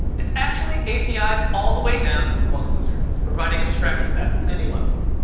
it's actually apis all the way down to the ones, and zeros providing abstractions at many levels.